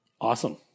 Awesome